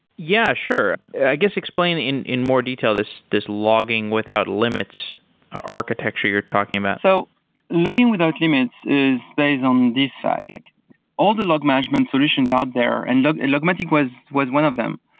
yeah, sure. i guess explain in in more detail this this logging without limits architecture you're talking about. so logging without limits is based on this fact, like all the log management solutions out there and logmatic was was one of them,